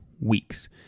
weeks